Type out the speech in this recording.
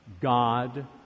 God